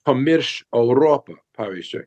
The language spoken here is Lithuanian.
pamirš europą pavyzdžiui